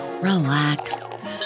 relax